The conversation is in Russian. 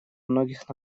многих